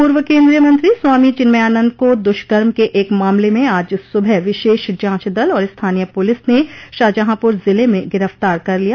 पूर्व केंद्रीय मंत्री स्वामी चिन्मयानंद को दुष्कर्म के एक मामले में आज सुबह विशेष जांच दल और स्थानीय पुलिस ने शाहंजहापुर जिले में गिरफ्तार कर लिया